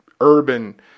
urban